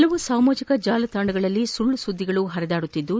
ಹಲವು ಸಾಮಾಜಿಕ ಜಾಲತಾಣಗಳಲ್ಲಿ ಸುಳ್ದು ಸುದ್ದಿಗಳು ಹರಿದಾಡುತ್ತಿದ್ದು